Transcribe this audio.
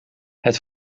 het